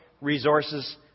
resources